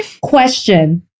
question